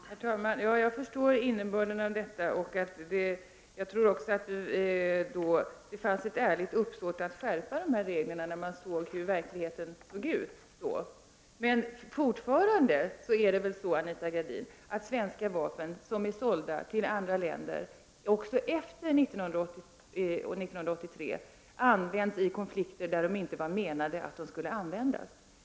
Herr talman! Ja, jag förstår innebörden av detta. Jag tror också att det fanns ett ärligt uppsåt att skärpa dessa regler när man fick klart för sig hur verkligheten såg ut. Men det är väl fortfarande så, Anita Gradin, att svenska vapen som är sålda till andra länder också efter 1983 används i konflikter där det inte var meningen att de skulle användas.